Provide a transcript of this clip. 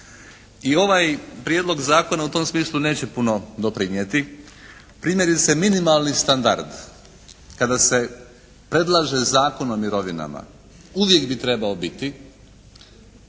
I ovaj prijedlog zakona u tom smislu neće puno doprinijeti. Primjerice minimalni standard kada se predlaže Zakon o mirovinama, uvijek bi trebao biti